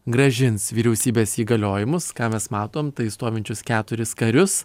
grąžins vyriausybės įgaliojimus ką mes matom tai stovinčius keturis karius